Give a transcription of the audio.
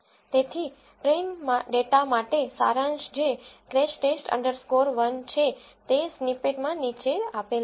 તેથી train data માટે સારાંશ જે ક્રેશ ટેસ્ટ અન્ડરસ્કોર 1crashTest 1 છે તે સ્નિપેટમાં નીચે આપેલ છે